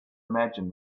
imagine